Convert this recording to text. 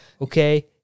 okay